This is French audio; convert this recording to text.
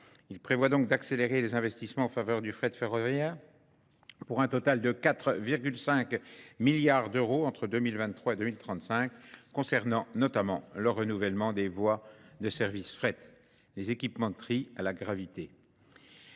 Il prévoit donc d'accélérer les investissements au faveur du fret ferroviaire ? pour un total de 4,5 milliards d'euros entre 2023 et 2035 concernant notamment le renouvellement des voies de services frais, les équipements de tri à la gravité.